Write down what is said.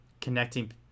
connecting